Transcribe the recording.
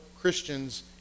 Christians